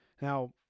Now